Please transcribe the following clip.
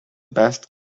best